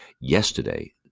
Yesterday